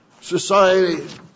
society